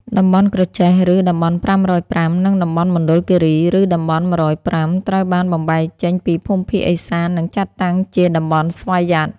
តំបន់ក្រចេះ (ឬតំបន់៥០៥) និងតំបន់មណ្ឌលគីរី (ឬតំបន់១០៥) ត្រូវបានបំបែកចេញពីភូមិភាគឦសាននិងចាត់តាំងជា តំបន់ស្វយ័ត។